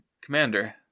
commander